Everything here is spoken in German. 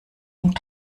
und